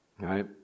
right